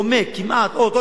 כמעט או אותו דבר,